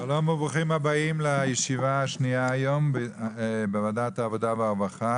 שלום וברוכים הבאים לישיבה השנייה היום בוועדת העבודה והרווחה,